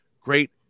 great